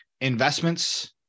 investments